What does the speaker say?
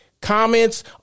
Comments